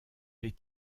les